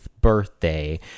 birthday